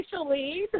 officially